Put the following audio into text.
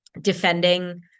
defending